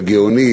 הגאונית,